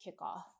kickoff